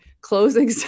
closing